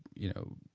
you know,